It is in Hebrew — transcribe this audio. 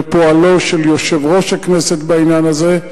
ופועלו של יושב-ראש הכנסת בעניין הזה,